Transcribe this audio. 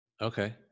Okay